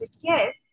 yes